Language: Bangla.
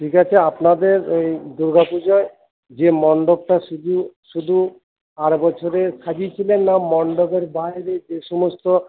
ঠিক আছে আপনাদের এই দুর্গাপুজোয় যে মণ্ডপটা শুধু শুধু আর বছরে সাজিয়ে ছিলেন না মণ্ডপের বাইরে যে সমস্ত